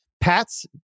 Pats